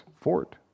fort